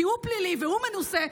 כי הוא פלילי והוא מנוסה,